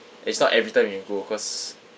it's not everytime you can go cause